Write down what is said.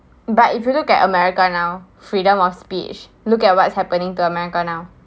but if you look at america now freedom of speech look at what's happening to america now